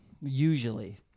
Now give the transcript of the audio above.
Usually